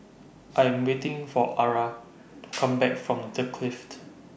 I Am waiting For Arah to Come Back from The Clift